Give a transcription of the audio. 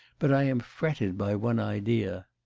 but i am fretted by one idea.